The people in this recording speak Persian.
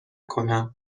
کنم